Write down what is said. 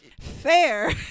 fair